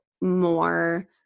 more